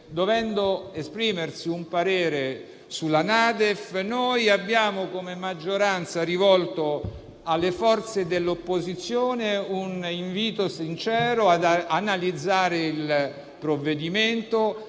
dovendo esprimere un parere sulla NADEF, noi come maggioranza abbiamo rivolto alle forze dell'opposizione un invito sincero a analizzare il provvedimento,